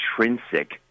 intrinsic